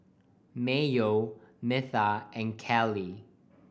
Mayo Metha and Kelli